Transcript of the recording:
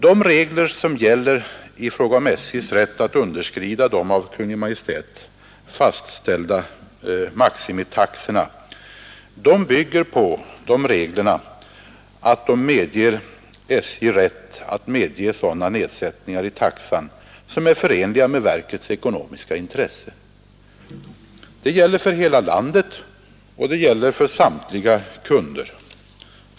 De regler som gäller i fråga om SJ:s möjligheter att underskrida de av Kungl. Maj:t fastställda maximitaxorna bygger på en rätt för SJ att medge sådana nedsättningar i taxan som är förenliga med verkets ekonomiska intresse. Det gäller för hela landet och gäller för samtliga kunder.